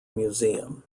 museum